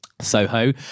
Soho